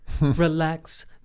Relax